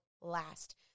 last